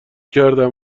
کردم